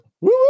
Woo